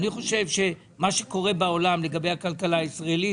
אני חושב שמה שקורה בעולם לגבי הכלכלה הישראלית